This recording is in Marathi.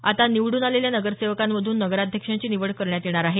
आता निवडून आलेल्या नगरसेवकांमधून नगराध्यक्षांची निवड करण्यात येणार आहे